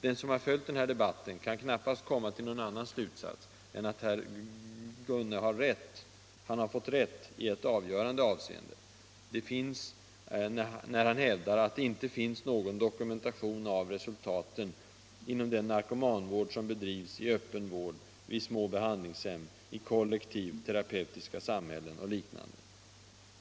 Den som har följt debatten kan knappast komma till någon annan slutsats än att herr Gunne har fått rätt i ett avgörande avseende, nämligen då han hävdar att det inte finns någon dokumentation av resultaten inom den narkomanvård som bedrivs i öppen vård, vid små behandlingshem, i kollektiv, terapeutiska samhällen och liknande.